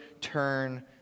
turn